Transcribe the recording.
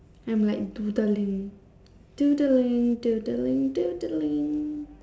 I'm like doodling doodling doodling doodling